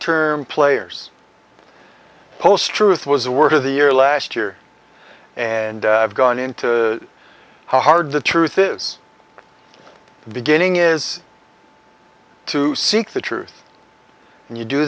term players post truth was a word of the year last year and i've gone into how hard the truth is the beginning is to seek the truth and you do